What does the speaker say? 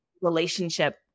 relationship